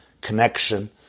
connection